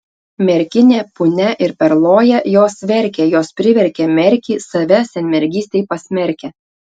merkinė punia ir perloja jos verkė jos priverkė merkį save senmergystei pasmerkę